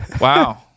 Wow